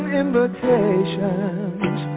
invitations